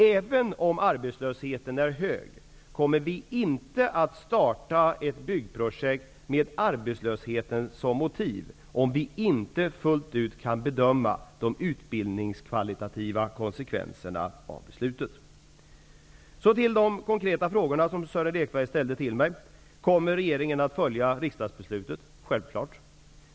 Även om arbetslösheten är hög, kommer vi inte att starta ett byggprojekt med arbetslösheten som motiv, om vi inte fullt ut kan bedöma de utbildningskvalitativa konsekvenserna. Så till de konkreta frågor som Sören Lekberg ställde till mig. Kommer regeringen att följa riksdagsbeslutet? frågade han. Självklart!